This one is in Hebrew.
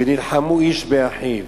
"ונלחמו איש באחיו".